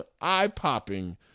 eye-popping